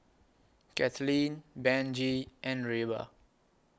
Kathlene Benji and Reba